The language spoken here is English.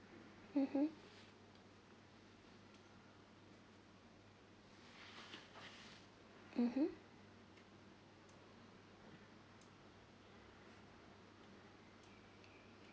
mmhmm mmhmm